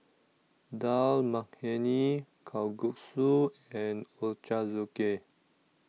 Dal Makhani Kalguksu and Ochazuke